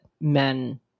men